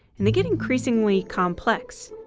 and they get increasingly complex.